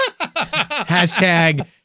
Hashtag